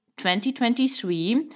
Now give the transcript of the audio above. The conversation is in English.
2023